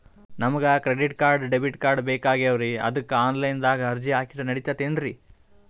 ನಮಗ credit card, debit card ಬೇಕಾಗ್ಯಾವ್ರೀ ಅದಕ್ಕ ಆನಲೈನದಾಗ ಅರ್ಜಿ ಹಾಕಿದ್ರ ನಡಿತದೇನ್ರಿ?